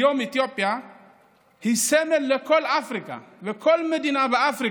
היום אתיופיה היא סמל לכל אפריקה וכל מדינה באפריקה,